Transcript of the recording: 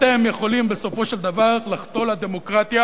אתם יכולים בסופו של דבר לחטוא לדמוקרטיה